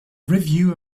review